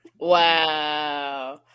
Wow